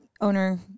owner